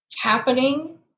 happening